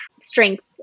strength